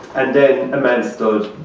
and then a man stood,